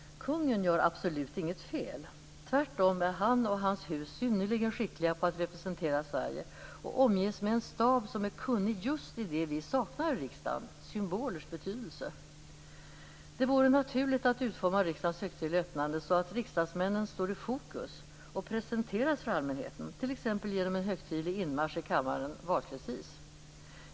Kungen gör absolut inget fel. Tvärtom är han och hans hus synnerligen skickliga på att representera Sverige och omges med en stab som är kunnig just i det vi saknar i riksdagen, symbolers betydelse. Det vore naturligt att utforma riksdagens högtidliga öppnande så att riksdagsmännen står i fokus och presenteras för allmänheten, t.ex. genom en högtidlig inmarsch i kammaren valkretsvis.